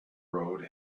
road